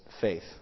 faith